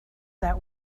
that